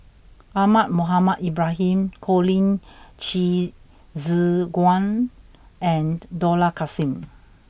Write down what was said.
Ahmad Mohamed Ibrahim Colin Qi Zhe Quan and Dollah Kassim